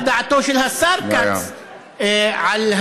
מה דעתו של השר כץ על הדברים האלה?